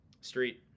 Street